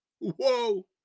Whoa